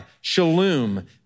Shalom